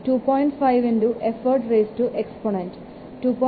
5 effort exponent 2